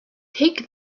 take